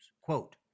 Quote